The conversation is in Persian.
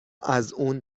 ازاون